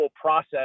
process